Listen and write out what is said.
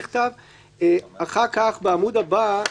אבל אפשר לחשוב גם אחרת.